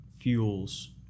fuels